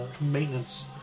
maintenance